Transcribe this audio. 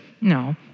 no